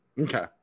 Okay